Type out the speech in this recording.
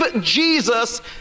Jesus